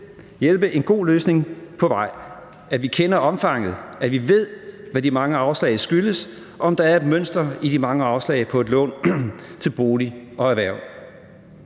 hjælpe en god løsning på vej, at vi kender omfanget, og at vi ved, hvad de mange afslag skyldes, og om der er et mønster i de mange afslag på et lån til bolig og erhverv.